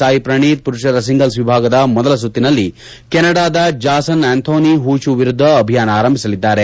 ಸಾಯ್ ಪ್ರಣೀತ್ ಪುರುಷರ ಸಿಂಗಲ್ಪ್ ವಿಭಾಗದ ಮೊದಲ ಸುತ್ತಿನಲ್ಲಿ ಕೆನಡಾದ ಜಾಸನ್ ಅಂಥೋನಿ ಹೊಶು ವಿರುದ್ದ ಅಭಿಯಾನ ಆರಂಭಿಸಲಿದ್ದಾರೆ